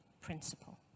principle